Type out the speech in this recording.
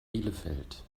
bielefeld